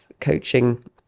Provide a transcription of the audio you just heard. coaching